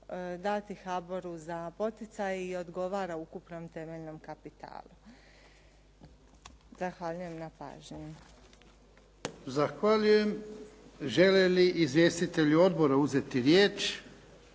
dati HBOR-u za poticaj i odgovara ukupnom temeljnom kapitalu. Zahvaljujem na pažnji. **Jarnjak, Ivan (HDZ)** Zahvaljujem. Žele li izvjestitelji odbora uzeti riječ?